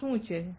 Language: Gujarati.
આ શુ છે